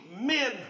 men